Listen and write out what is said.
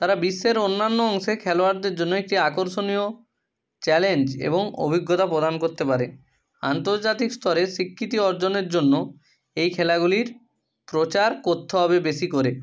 তারা বিশ্বের অন্যান্য অংশে খেলোয়াড়দের জন্য একটি আকর্ষণীয় চ্যালেঞ্জ এবং অভিজ্ঞতা প্রদান করতে পারে আন্তর্জাতিক স্তরে স্বীকৃতি অর্জনের জন্য এই খেলাগুলির প্রচার করতে হবে বেশি করে